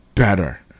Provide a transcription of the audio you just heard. better